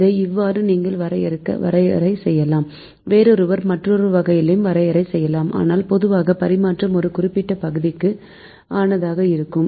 இதை இவ்வாறு நீங்கள் வரையறை செய்யலாம் வேறொருவர் மற்றோர் வகையிலும் வரையறை செய்யலாம் ஆனால் பொதுவாக பரிமாற்றம் ஒரு குறிப்பிட்ட பகுதிக்கு ஆனதாக இருக்கும்